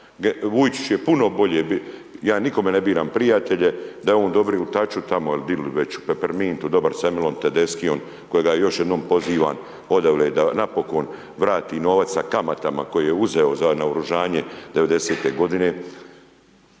Vujčić je puno bolje, ja nikome ne biram prijatelje, da je on dobri u Taču tamo ili dili već u Pepermintu, dobar s Emilom Tedeskijom kojega još jednom pozivam odavle da napokon vrati novac sa kamatama koji je uzeo za naoružanje 90. godine.,